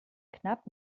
knapp